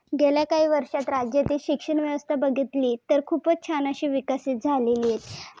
गेल्या काही वर्षात राज्याची शिक्षणव्यवस्था बघितली तर खूपच छान अशी विकसित झालेली आहे